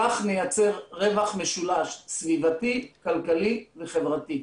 כך נייצר רווח משולש סביבתי, כלכלי וחברתי.